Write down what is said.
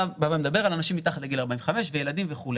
אתה בא ואתה מדבר על אנשים מתחת לגיל 45 וילדים וכו'.